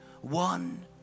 One